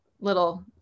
little